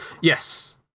Yes